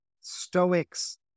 Stoics